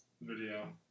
video